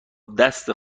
دست